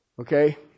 okay